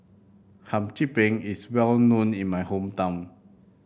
Hum Chim Peng is well known in my hometown